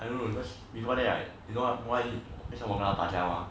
I don't know cause before that I you know why 为什么我跟他打架吗